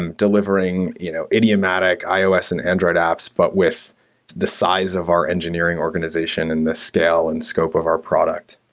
and delivering you know id iomatic ios and android apps, but with the size of our engineering organization in the scale and scope of our product.